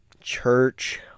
church